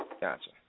Gotcha